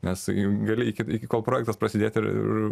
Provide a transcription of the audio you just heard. nes gali iki iki kol projektas prasidėti ir ir